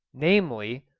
namely,